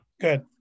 Good